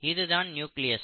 இதுதான் நியூக்ளியஸ்